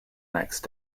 next